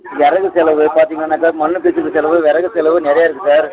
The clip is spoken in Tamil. விறகு செலவு பார்த்திங்கன்னாக்க மண் பீச்சுக்கு செலவு விறகு செலவு நிறைய இருக்கு சார்